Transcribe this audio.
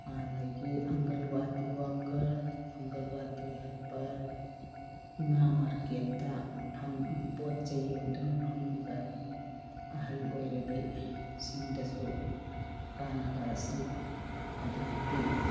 ꯑꯗꯒꯤ ꯑꯪꯒꯜꯋꯥꯗꯤ ꯋꯥꯀꯔ ꯑꯪꯒꯜꯋꯥꯗꯤ ꯍꯦꯜꯄꯔ ꯏꯃꯥ ꯃꯥꯔꯀꯦꯠꯇꯥ ꯄꯣꯠ ꯆꯩ ꯌꯣꯟꯗꯨꯅ ꯐꯝꯂꯤꯕ ꯑꯍꯜ ꯑꯣꯏꯔꯕꯤ ꯁꯤꯡꯗꯁꯨ ꯀꯥꯅꯕ ꯑꯁꯤ ꯑꯗꯨꯝ ꯄꯤ